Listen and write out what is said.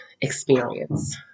experience